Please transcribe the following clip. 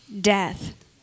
death